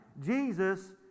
Jesus